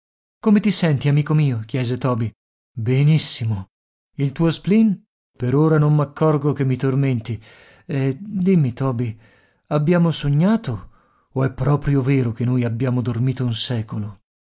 come ti senti amico mio chiese toby benissimo il tuo spleen per ora non m'accorgo che mi tormenti e dimmi toby abbiamo sognato o è proprio vero che noi abbiamo dormito un secolo